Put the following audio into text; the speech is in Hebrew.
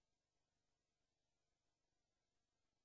במהלך